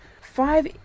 five